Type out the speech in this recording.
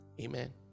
Amen